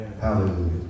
Hallelujah